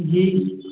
जी